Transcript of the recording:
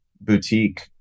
boutique